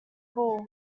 bull